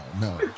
No